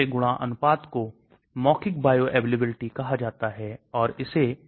Caco 2 की पारगम्यता chlorine समूह के साथ 88 हो जाती है यह बड़ा है 20 गुना बड़ा है